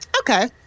Okay